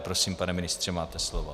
Prosím, pane ministře, máte slovo.